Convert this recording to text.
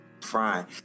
frying